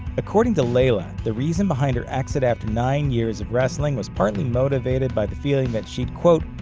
according to layla, the reason behind her exit after nine years of wrestling was partly motivated by the feeling that she'd, quote,